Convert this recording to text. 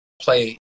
play